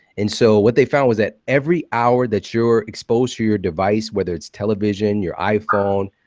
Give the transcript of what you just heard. and so what they found was that every hour that you're exposed to your device, whether it's television, your iphone,